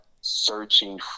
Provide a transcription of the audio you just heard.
searching